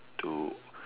to